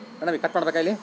Pranavi cut ಮಾಡ್ಬೇಕ ಇಲ್ಲಿ